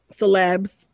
celebs